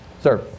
Sir